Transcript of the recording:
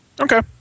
Okay